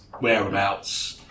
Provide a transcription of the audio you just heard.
whereabouts